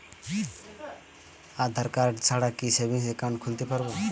আধারকার্ড ছাড়া কি savings account খুলতে পারব?